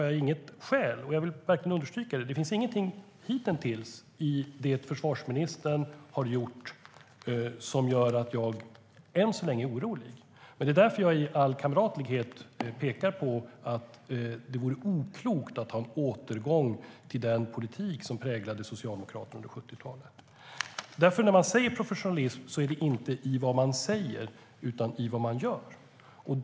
Jag vill verkligen understryka att det inte finns någonting i det försvarsministern hitintills gjort som gör att jag än så länge skulle ha skäl att vara orolig. Men i all kamratlighet vill jag peka på att det vore oklokt med en återgång till den politik som präglade Socialdemokraterna under 70-talet. När man talar om professionalism ska det inte gälla vad man säger utan vad man gör.